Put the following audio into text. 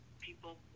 People